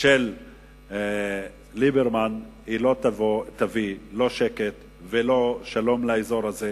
של ליברמן, לא תביא לא שקט ולא שלום לאזור הזה.